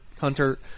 Hunter